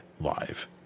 live